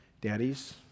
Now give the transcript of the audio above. daddies